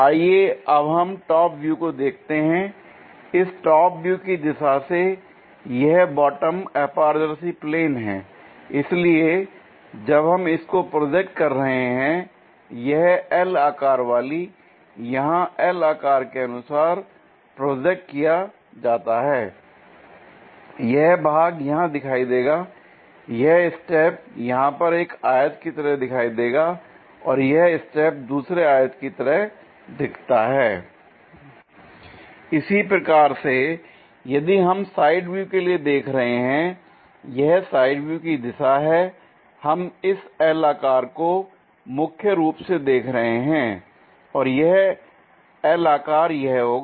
आइए अब हम टॉप व्यू को देखते हैं l इस टॉप व्यू की दिशा से यह बॉटम अपारदर्शी प्लेन हैl इसलिए जब हम इसको प्रोजेक्ट कर रहे हैं यह L आकार वाली यहां L आकार के अनुसार प्रोजेक्ट किया जाता है l यह भाग यहां दिखाई देगा यह स्टेप यहां पर एक आयत की तरह दिखाई देगा और यह स्टेप दूसरे आयत की तरह दिखता है l इसी प्रकार से यदि हम साइड व्यू के लिए देख रहे हैं l यह साइड व्यू की दिशा हैहम इस L आकार को मुख्य रूप से देख रहे हैं और यह L आकार यह होगा